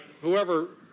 whoever